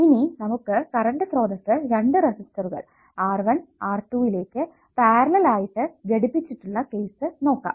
ഇനി നമുക്ക് കറണ്ട് സ്രോതസ്സ് രണ്ടു റെസിസ്റ്ററുകൾ R1 R2 ലേക്ക് പാരലൽ ആയിട്ട് ഘടിപ്പിച്ചിട്ടുള്ള കേസ് നോക്കാം